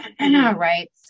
right